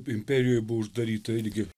imperijoj buvo uždaryta irgi